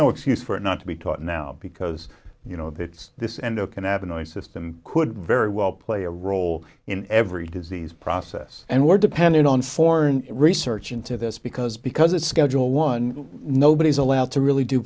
no excuse for it not to be taught now because you know it's this and the can ave a system could very well play a role in every disease process and we're dependent on foreign research into this because because it's schedule one nobody's allowed to really do